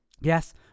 Yes